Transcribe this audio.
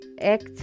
act